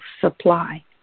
supply